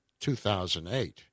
2008